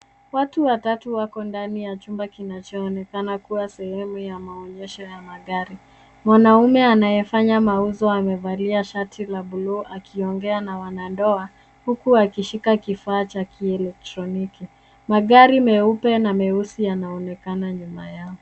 Watu watatu wako ndani ya chumba kinachoonekana kuwa sehemu ya maonyesho ya magari mwanaume anayefanya mauzo amevalia shati la buluu akiongea na wanandoa huku akishika kifaa cha kielektroniki. Magari meupe na meusi yanaonekana nyuma yao.